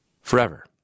forever